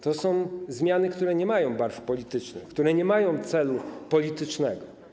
To są zmiany, które nie mają barw politycznych, nie mają celu politycznego.